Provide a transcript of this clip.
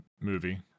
movie